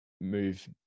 move